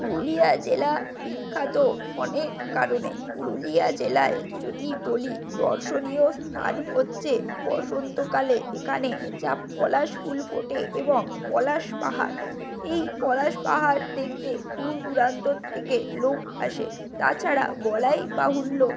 পুরুলিয়া জেলা বিখ্যাত অনেক কারণে পুরুলিয়া জেলায় যদি বলি দর্শনীয় স্থান হচ্ছে বসন্তকালে এখানে যা পলাশফুল ফোটে এবং পলাশ পাহাড় এই পলাশ পাহাড় দেখতে দূর দূরান্ত থেকে লোক আসে তাছাড়া বলাই বাহুল্য